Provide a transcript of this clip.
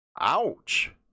Ouch